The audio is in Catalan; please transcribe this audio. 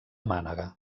mànega